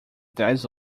dez